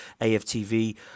AFTV